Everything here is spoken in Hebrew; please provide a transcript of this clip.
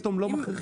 פתאום לא מכריחים?